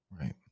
right